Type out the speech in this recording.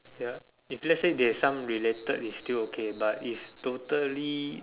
ya if let's say there's some related is still okay but it's totally